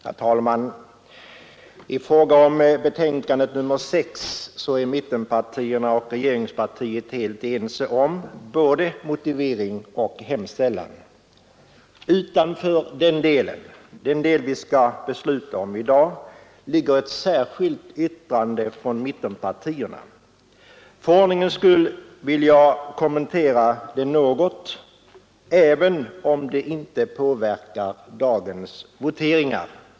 Herr talman! I fråga om betänkandet nr 6 från civilutskottet är mittenpartierna och regeringspartiet helt ense om både motivering och hemställan. Utanför den del vi skall besluta om i dag ligger ett särskilt yttrande från mittenpartierna. För ordningens skull vill jag kommentera detta något även om det inte påverkar dagens voteringar.